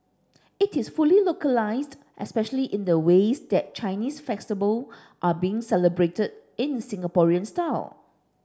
it is fully localised especially in the ways that Chinese festival are being celebrated in Singaporean style